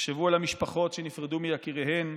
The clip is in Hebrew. תחשבו על המשפחות שנפרדו מיקיריהן,